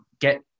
get